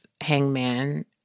Hangman